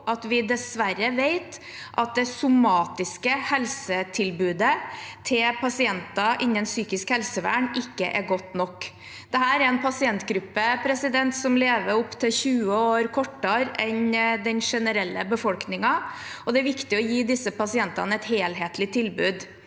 at vi dessverre vet at det somatiske helsetilbudet til pasienter innen psykisk helsevern ikke er godt nok. Det er en pasientgruppe som lever opptil 20 år kortere enn den generelle befolkningen, og det er viktig å gi disse pasientene et helhetlig tilbud.